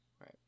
Right